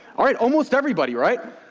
alright, almost everybody, right?